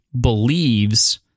believes